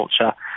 culture